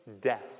death